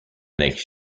next